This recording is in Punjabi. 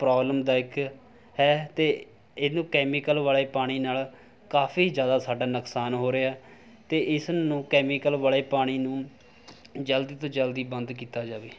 ਪ੍ਰੋਬਲਮ ਦਾ ਇੱਕ ਹੈ ਅਤੇ ਇਹਨੂੰ ਕੈਮੀਕਲ ਵਾਲੇ ਪਾਣੀ ਨਾਲ ਕਾਫੀ ਜ਼ਿਆਦਾ ਸਾਡਾ ਨੁਕਸਾਨ ਹੋ ਰਿਹਾ ਅਤੇ ਇਸ ਨੂੰ ਕੈਮੀਕਲ ਵਾਲੇ ਪਾਣੀ ਨੂੰ ਜਲਦੀ ਤੋਂ ਜਲਦੀ ਬੰਦ ਕੀਤਾ ਜਾਵੇ